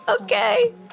Okay